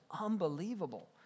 unbelievable